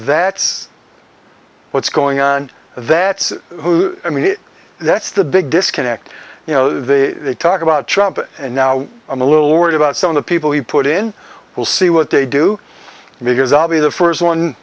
that's what's going on that's i mean that's the big disconnect you know the talk about trump and now i'm a little worried about some of the people who put in we'll see what they do because i'll be the first one